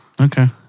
Okay